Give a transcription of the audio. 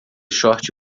short